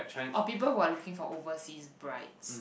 or people who are looking for overseas brides